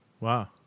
Wow